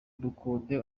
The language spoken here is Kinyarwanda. dukunde